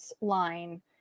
line